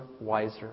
wiser